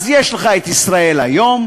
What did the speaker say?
אז יש לך "ישראל היום"